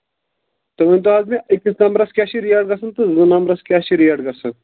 تُہۍ ؤنۍ تَو حظ مےٚ أکِس نمبرَس کیٛاہ چھِ ریٹ گژھان تہٕ زٕ نمبرس کیٛاہ چھِ ریٹ گژھان